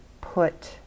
put